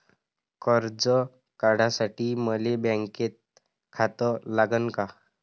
कर्ज काढासाठी मले बँकेत खातं लागन का?